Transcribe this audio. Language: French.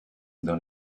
dans